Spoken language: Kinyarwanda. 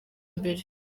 mbere